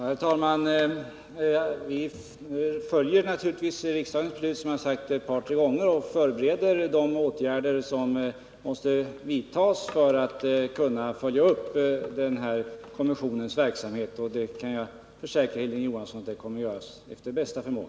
Herr talman! Vi följer naturligtvis, som jag sagt ett par tre gånger, riksdagens beslut och gör de förberedelser som krävs för att kommissionens verksamhet skall kunna komma i gång. Jag kan också försäkra Hilding Johansson att den uppgiften kommer att fullgöras efter bästa förmåga.